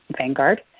Vanguard